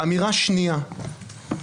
אמירה שנייה,